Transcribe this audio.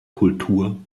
kultur